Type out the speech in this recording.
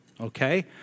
Okay